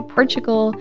Portugal